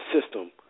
system